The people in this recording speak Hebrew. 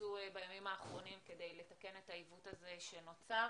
שנעשו בימים האחרונים כדי לתקן את העיוות הזה שנוצר.